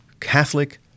Catholic